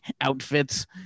outfits